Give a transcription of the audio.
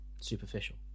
superficial